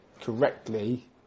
correctly